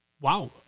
Wow